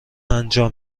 انجام